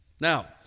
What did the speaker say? Now